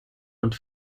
und